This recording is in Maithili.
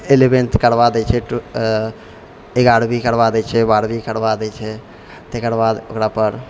इलेवन्थ करबा दै छै टू इग्यारहवीं करबा दै छै बारहवीं करबा दै छै तकर बाद ओकरापर